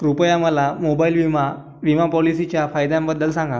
कृपया मला मोबाइल विमा विमा पॉलिसीच्या फायद्यांबद्दल सांगा